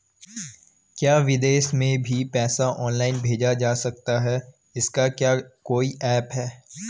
क्या विदेश में भी पैसा ऑनलाइन भेजा जा सकता है इसका क्या कोई ऐप है?